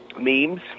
memes